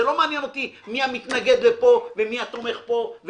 זה לא מעניין אותי מי המתנגד פה ומי התומך פה,